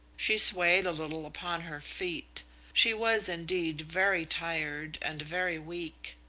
she swayed a little upon her feet she was indeed very tired and very weak.